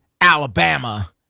Alabama